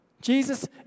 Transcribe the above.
Jesus